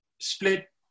split